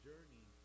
journey